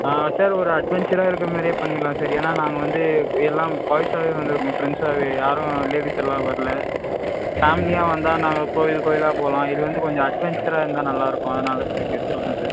sir ஒரு அட்வென்ச்சராக இருக்கிற மாதிரியே பண்ணிவிடலாம் சார் ஏன்னால் நாங்கள் வந்து எல்லாம் பாய்ஸாகவே வந்திருக்கோம் ஃப்ரெண்ட்ஸாகவே யாரும் லேடீஸ் எல்லாம் வரல ஃபேமிலியாக வந்தால் நாங்கள் கோயில் கோயிலாக போகலாம் இது வந்து கொஞ்சம் அட்வென்ச்சராக இருந்தால் நல்லாயிருக்கும் அதனால் சார் கேட்க சொல்கிறேன் சார்